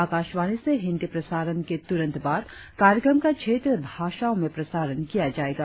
आकाशवाणी से हिंदी प्रसारण के तुरंत बाद कार्यक्रम का क्षेत्रीय भाषाओं में प्रसारण किया जायेगा